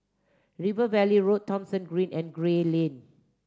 River Valley Road Thomson Green and Gray Lane